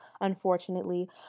unfortunately